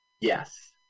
Yes